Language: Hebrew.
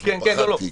פחדתי,